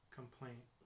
complaint